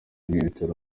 bw’ibitaro